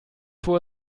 vor